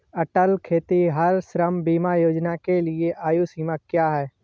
अटल खेतिहर श्रम बीमा योजना के लिए आयु सीमा क्या है?